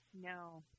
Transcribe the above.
no